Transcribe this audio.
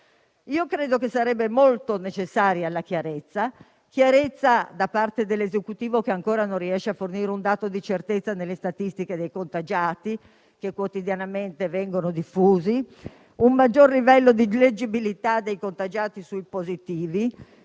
Io credo che sarebbero necessari chiarezza da parte dell'Esecutivo, che ancora non riesce a fornire un dato di certezza nelle statistiche dei contagiati che quotidianamente vengono diffusi, e un maggior livello di leggibilità dei contagiati sui positivi;